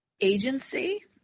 agency